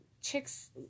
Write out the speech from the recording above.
chicks